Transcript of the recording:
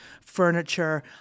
furniture